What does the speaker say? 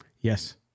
Yes